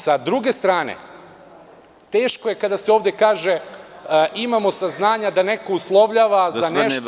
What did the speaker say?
S druge strane, teško je kada se ovde kaže – imamo saznanja da neko uslovljava za nešto.